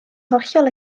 hollol